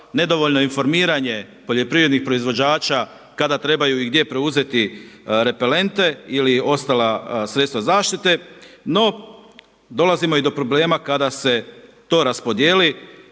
nedovoljno informiranje poljoprivrednih proizvođača kada trebaju i gdje preuzeti repelente ili ostala sredstva zaštite. No, dolazimo i do problema kada se to raspodjeli.